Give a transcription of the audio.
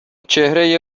چهره